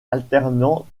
alternant